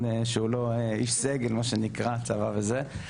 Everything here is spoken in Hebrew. שהוא לא איש סגל מה שנקרא צבא וזה,